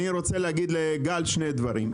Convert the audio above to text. אני רוצה להגיד לגל שני דברים.